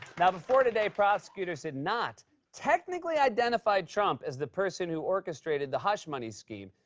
now, before today, prosecutors did not technically identify trump as the person who orchestrated the hush-money scheme.